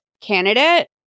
candidate